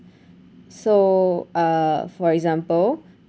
so uh for example